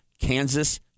Kansas